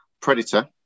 Predator